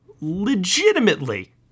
legitimately